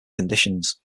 conditions